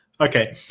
Okay